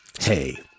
Hey